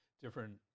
different